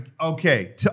Okay